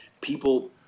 People